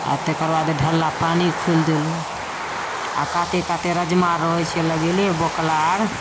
आओर तकरबाद ढल्ला पानि खोलि देलहुँ आओर काते काते राजमा रहै छै लगेले बोकलार